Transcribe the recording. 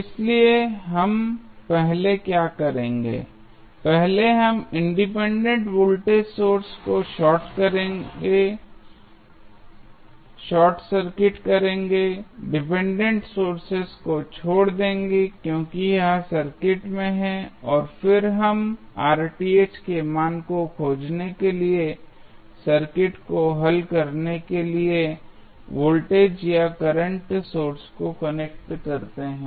इसलिए हम पहले क्या करेंगे पहले हम इंडिपेंडेंट वोल्टेज सोर्स को शॉर्ट सर्किट करेंगे डिपेंडेंट सोर्स को छोड़ देंगे क्योंकि यह सर्किट में है और फिर हम के मान को खोजने के लिए सर्किट को हल करने के लिए वोल्टेज या करंट सोर्स को कनेक्ट करते हैं